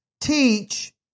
teach